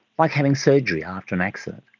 like having surgery after an accident.